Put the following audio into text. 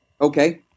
Okay